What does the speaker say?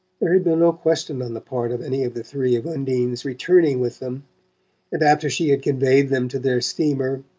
there had been no question on the part of any of the three of undine's returning with them and after she had conveyed them to their steamer,